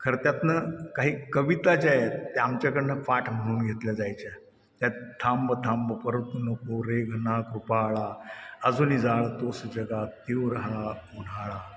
खर त्यातनं काही कविता ज्या आहेत त्या आमच्याकडनं पाठ म्हणून घेतल्या जायच्या त्यात थांब थांब परतू नको रे घना कृपाळा अजुनि जाळतोस जगात तीव्र हा उन्हाळा